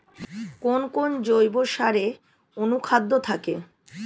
কোন কোন জৈব সারে অনুখাদ্য থাকে?